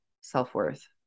self-worth